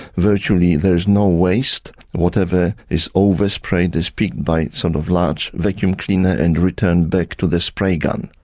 virtually there is no waste. whatever is over-sprayed is picked up by a sort of large vacuum cleaner and returned back to the spray gun.